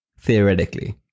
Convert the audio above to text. theoretically